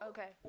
Okay